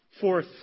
Fourth